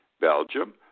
Belgium